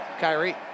Kyrie